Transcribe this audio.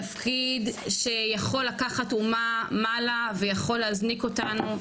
תפקיד שיכול לקחת אומה מעלה ויכול להזניק אותנו,